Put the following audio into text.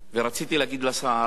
רציתי להגיד לשר: